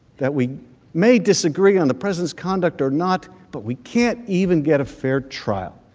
that we may disagree on the president's conduct or not, but we can't even get a fair trial.